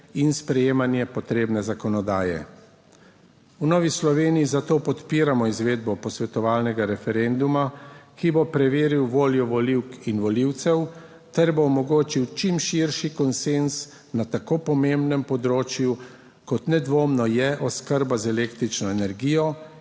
in sprejemanje potrebne zakonodaje. V Novi Sloveniji zato podpiramo izvedbo posvetovalnega referenduma, ki bo preveril voljo volivk in volivcev ter bo omogočil čim širši konsenz na tako pomembnem področju, kot nedvomno je oskrba z električno energijo